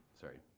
sorry